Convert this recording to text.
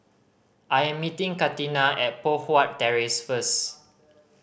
I am meeting Katina at Poh Huat Terrace first